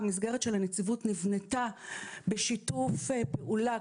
המסגרת של הנציבות נבנתה בשיתוף פעולה,